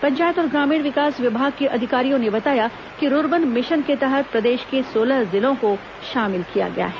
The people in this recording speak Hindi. पंचायत और ग्रामीण विकास विभाग के अधिकारियों ने बताया कि रूर्बन मिशन के तहत प्रदेश के सोलह जिलों को शामिल किया गया है